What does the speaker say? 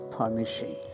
punishing